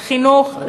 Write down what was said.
לחינוך,